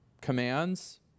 commands